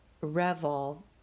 revel